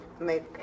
make